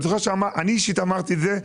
אני זוכר שאני אישית אמרתי את זה.